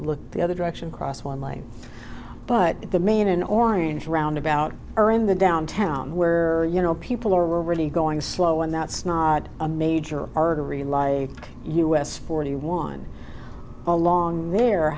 look the other direction cross one way but the main in orange roundabout are in the downtown where you know people are really going slow and that's not a major rely on us forty one along there